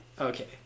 Okay